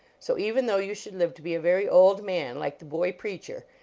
so even though you should live to be a very old man, like the boy preacher,